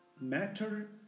Matter